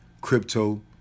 Crypto